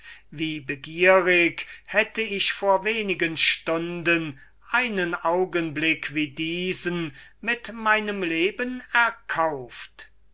wie begierig hätte ich vor wenigen stunden einen augenblick wie diesen mit meinem leben erkauft